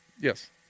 Yes